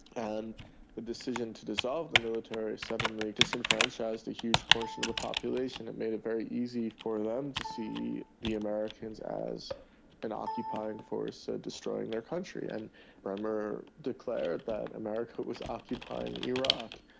and the decision to dissolve the military suddenly disenfranchised a huge portion of the population, it made it very easy for them to see the americans as an occupying force destroying their country. and bremer declared that america was occupying iraq.